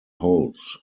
holds